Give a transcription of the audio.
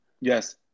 Yes